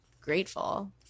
grateful